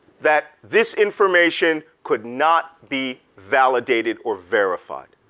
that this information could not be validated or verified.